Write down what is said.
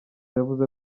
yavuze